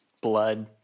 blood